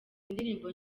indirimbo